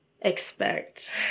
expect